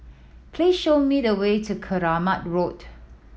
please show me the way to Keramat Road